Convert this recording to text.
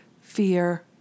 fear